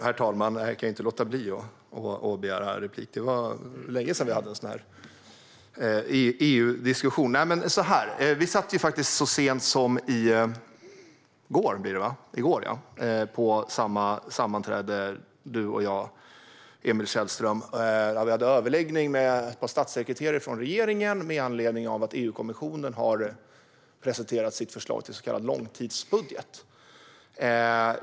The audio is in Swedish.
Herr talman! Jag kan inte låta bli att begära replik. Det var länge sedan vi hade en EU-diskussion. Du och jag satt faktiskt så sent som i går på samma sammanträde, Emil Källström. Vi hade överläggning med ett par statssekreterare från regeringen med anledning av att EU-kommissionen har presenterat sitt förslag till så kallad långtidsbudget.